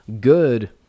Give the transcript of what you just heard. good